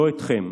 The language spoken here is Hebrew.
לא אתכם.